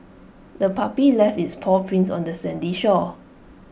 the puppy left its paw prints on the sandy shore